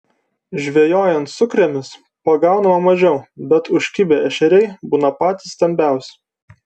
žvejojant sukrėmis pagaunama mažiau bet užkibę ešeriai būna patys stambiausi